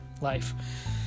life